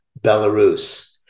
Belarus